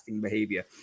behavior